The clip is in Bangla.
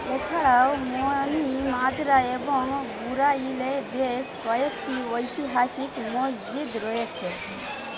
এছাড়াও ময়নি মাজরা এবং বুরাইলে বেশ কয়েকটি ঐতিহাসিক মসজিদ রয়েছে